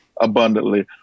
abundantly